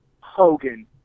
Hogan